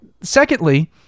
Secondly